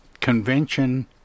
convention